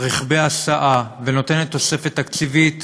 רכבי הסעה ונותנת תוספת תקציבית